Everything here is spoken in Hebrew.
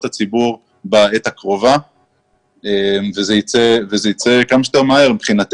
הציבור בעת הקרובה ומבחינתנו זה יצא כמה שיותר מהר.